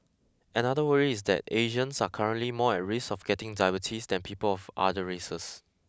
another worry is that Asians are currently more at risk of getting diabetes than people of other races